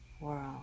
world